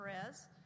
Perez